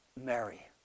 Mary